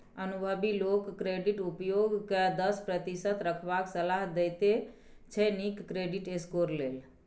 अनुभबी लोक क्रेडिट उपयोग केँ दस प्रतिशत रखबाक सलाह देते छै नीक क्रेडिट स्कोर लेल